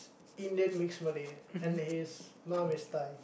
Indian mix Malay and his mom is Thai